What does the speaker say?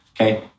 okay